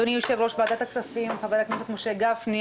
אדוני יושב-ראש ועדת הכספים חבר הכנסת משה גפני,